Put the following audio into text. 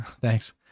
thanks